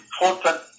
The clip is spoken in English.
important